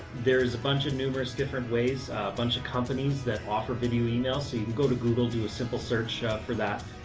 there is a bunch of numerous different ways, a bunch of companies that offer video-emails so you can go to google, do a simple search for that,